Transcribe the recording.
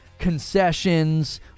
Concessions